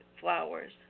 flowers